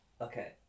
okay